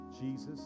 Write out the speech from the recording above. Jesus